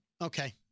Okay